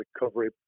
recovery